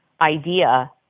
idea